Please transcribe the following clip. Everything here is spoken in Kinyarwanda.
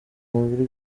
muri